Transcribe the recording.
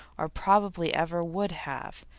or probably ever would have.